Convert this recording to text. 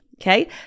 Okay